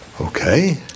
Okay